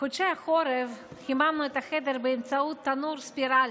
בחודשי החורף חיממנו את החורף באמצעות תנור ספירלה,